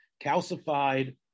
calcified